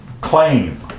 claim